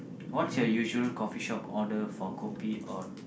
what's your usual coffee shop order for kopi or